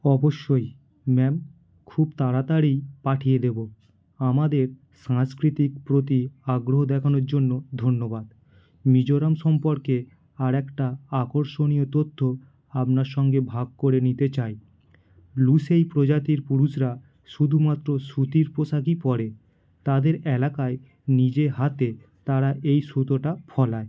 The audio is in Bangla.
অবশ্যই ম্যাম খুব তাড়াতাড়ি পাঠিয়ে দেবো আমাদের সংস্কৃতির প্রতি আগ্রহ দেখানোর জন্য ধন্যবাদ মিজোরাম সম্পর্কে আরেকটা আকর্ষণীয় তথ্য আপনার সঙ্গে ভাগ করে নিতে চাই লুসেই প্রজাতির পুরুষরা শুধুমাত্র সুতির পোশাকই পরে তাদের এলাকায় নিজে হাতে তারা এই সুতোটা ফলায়